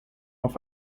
auf